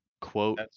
quote